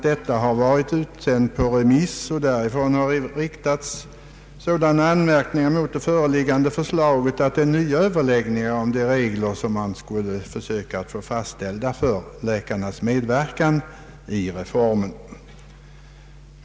Det har vid remissbehandlingen riktats sådana anmärkningar mot förslaget att nya överläggningar måste tas upp om reglerna för läkarnas medverkan i reformen.